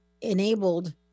enabled